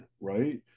Right